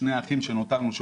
שני האחים שנותרנו,